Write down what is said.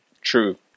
true